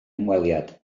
hymweliad